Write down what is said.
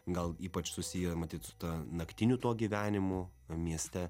gal ypač susiję matyt su ta naktiniu gyvenimu mieste